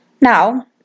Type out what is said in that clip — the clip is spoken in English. now